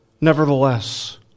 Nevertheless